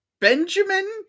Benjamin